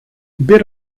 bit